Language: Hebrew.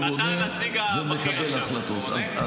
-- והוא עונה ומקבל החלטות.